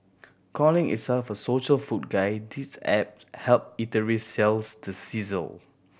calling itself a social food guide this app help eateries sells the sizzle